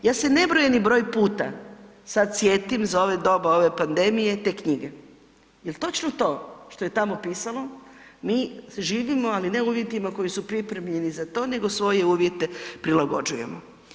Ja se nebrojeni broj puta sad sjetim za ove doba, ove pandemije te knjige, jer točno to što je tamo pisalo mi živimo, ali ne u uvjeti koji su pripremljeni za to nego svoje uvjete prilagođujemo.